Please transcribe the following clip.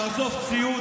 תאסוף ציוד,